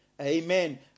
Amen